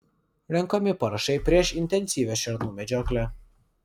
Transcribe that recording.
renkami parašai prieš intensyvią šernų medžioklę